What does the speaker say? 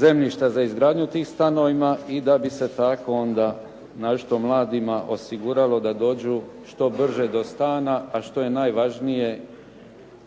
zemljišta za izgradnju tih stanova i da bi se tako onda naročito mladima osiguralo da dođu što brže do stana, a što je najvažnije